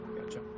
Gotcha